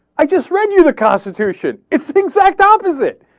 i just read you the constitution. it's the exact opposite.